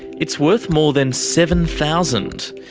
it's worth more than seven thousand